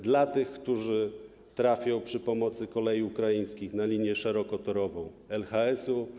Dla tych, którzy trafią przy pomocy Kolei Ukraińskich na linię szerokotorową LHS.